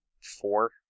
four